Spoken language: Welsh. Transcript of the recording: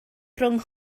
rhwng